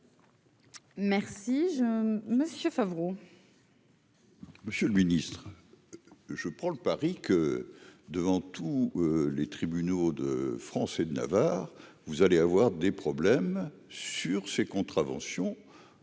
Merci j'monsieur Favreau.